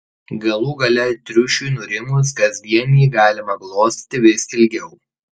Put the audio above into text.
galų gale triušiui nurimus kasdien jį galima glostyti vis ilgiau